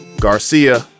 Garcia